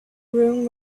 room